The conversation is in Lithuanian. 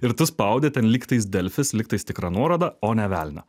ir tu spaudi ten lygtais delfis lygtais tikra nuoroda o ne velnio